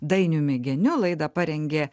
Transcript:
dainiumi geniu laidą parengė